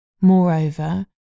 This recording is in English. Moreover